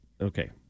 Okay